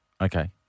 Okay